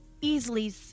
Easily